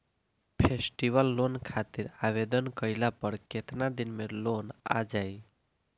Festival loan खातिर आवेदन कईला पर केतना दिन मे लोन आ जाई?